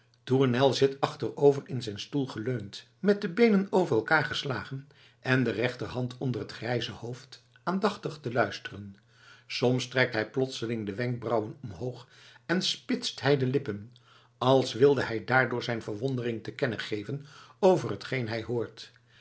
tournel zit achterover in zijn stoel geleund met de beenen over elkaar geslagen en de rechterhand onder t grijze hoofd aandachtig te luisteren soms trekt hij plotseling de wenkbrauwen omhoog en spitst hij de lippen als wilde hij daardoor zijn verwondering te kennen geven over t geen hij hoort